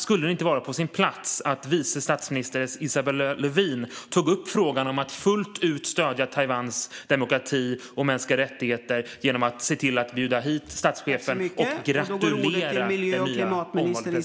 Skulle det inte vara på sin plats att vice statsminister Isabella Lövin tog upp frågan om att fullt ut stödja Taiwans demokrati och mänskliga rättigheter genom att bjuda hit statschefen och gratulera den omvalda presidenten?